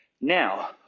Now